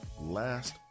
last